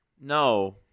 No